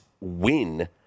win